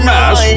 Mass